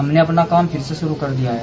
हमनें अपना काम फिर से शुरू कर दिया है